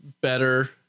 better